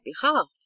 behalf